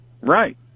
Right